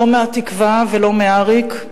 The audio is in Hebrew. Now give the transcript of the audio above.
לא מהתקווה ולא מאריק.